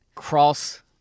cross